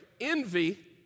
envy